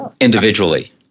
individually